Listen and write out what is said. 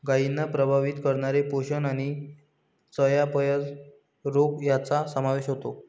गायींना प्रभावित करणारे पोषण आणि चयापचय रोग यांचा समावेश होतो